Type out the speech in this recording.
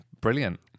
Brilliant